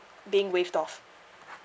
being waived off